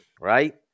right